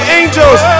angels